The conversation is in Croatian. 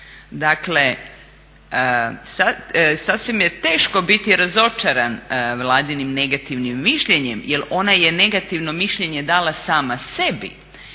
Dakle, sasvim je teško biti razočaran Vladinim negativnim mišljenjem jer ona je negativno mišljenje dala sama sebi